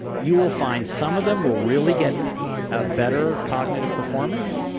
you will find some of them will really get a better cognitive performance,